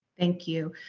thank you,